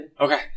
Okay